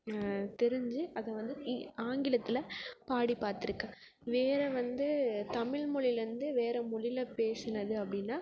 தெரிஞ்சு அதை வந்து இ ஆங்கிலத்தில் பாடி பார்த்துருக்கேன் வேறு வந்து தமிழ் மொழிலருந்து வேறு மொழில பேசினது அப்படினா